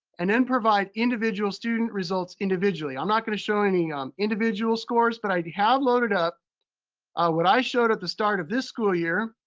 and then provide individual student results individually. i'm not gonna show any individual scores, but i have loaded up what i showed at the start of this school year.